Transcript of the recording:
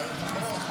יש פה רעש נורא גדול.